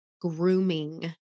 grooming